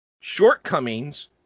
shortcomings